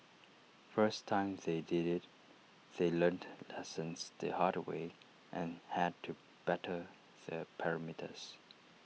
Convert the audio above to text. first time they did IT they learnt lessons the hard way and had to better the parameters